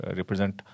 represent